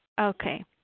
Okay